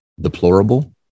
deplorable